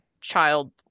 child